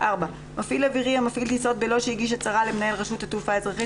מפעיל אווירי המפעיל טיסות בלא שהגיש הצהרה למנהל רשות התעופה האזרחית